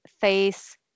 face